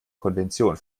konvention